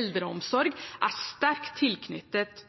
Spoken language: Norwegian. eldreomsorg er sterkt tilknyttet